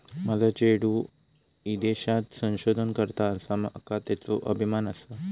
माझा चेडू ईदेशात संशोधन करता आसा, माका त्येचो अभिमान आसा